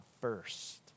first